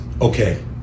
Okay